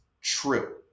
true